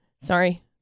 Sorry